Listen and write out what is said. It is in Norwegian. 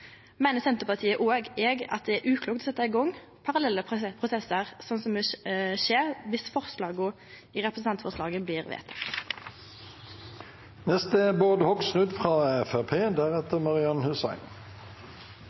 meiner Senterpartiet og eg at det er uklokt å setje i gang parallelle prosessar, som er det som vil skje dersom forslaga i representantforslaget blir